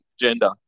Gender